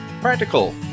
Practical